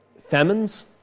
famines